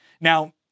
Now